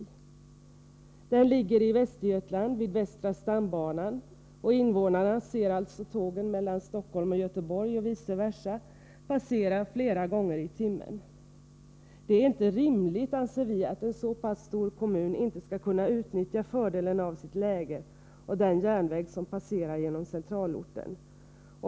Kommunen ligger i Västergötland vid västra stambanan, och invånarna ser alltså tågen mellan Stockholm och Göteborg och vice versa passera flera gånger i timmen. Det är inte rimligt, anser vi, att en så stor kommun inte skall kunna utnyttja fördelen av sitt läge och den järnväg som passerar genom centralorten.